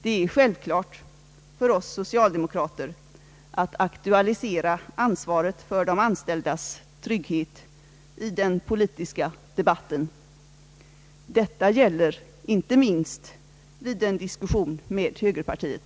Det är självklart för oss socialdemokrater att aktualisera ansvaret för de anställdas trygghet i den politiska debatten. Detta gäller inte minst vid en diskussion med högerpartiet.